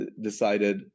decided